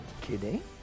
kidding